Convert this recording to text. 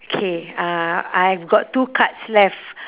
K uh I got two cards left